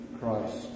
Christ